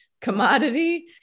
commodity